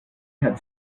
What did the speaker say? had